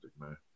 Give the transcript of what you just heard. man